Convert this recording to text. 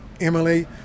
Emily